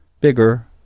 Bigger